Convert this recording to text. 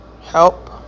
help